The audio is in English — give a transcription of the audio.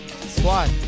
squad